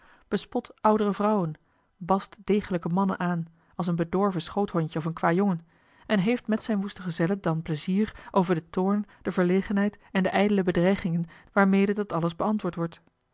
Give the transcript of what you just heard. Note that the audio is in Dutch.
bespot oudere vrouwen bast degelijke mannen aan als een bedorven schoothondje of een kwâjongen en heeft met zijne woeste gezellen dan pleizier over den toorn de verlegenheid en de ijdele bedreigingen waarmede dat alles beantwoord wordt